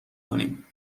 کنیم